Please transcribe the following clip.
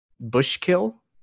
Bushkill